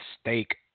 steak